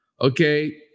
Okay